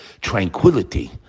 tranquility